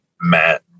Matt